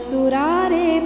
Surare